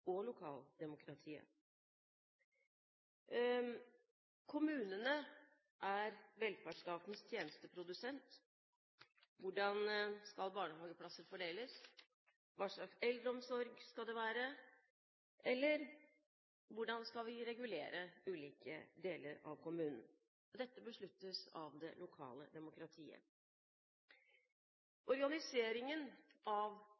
og lokaldemokratiet. Kommunene er velferdsstatens tjenesteprodusent. Hvordan skal barnehageplasser fordeles? Hva slags eldreomsorg skal det være? Hvordan skal vi regulere ulike deler av kommunen? Dette besluttes av det lokale demokratiet. Organiseringen av